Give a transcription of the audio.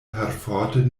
perforte